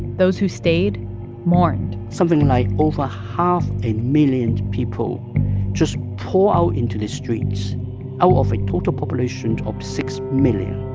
those who stayed mourned something like over half a million people just pour out into the streets out of a total population of six million.